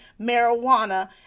marijuana